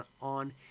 on